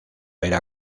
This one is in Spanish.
era